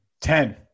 Ten